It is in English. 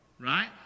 Right